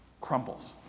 crumbles